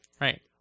Right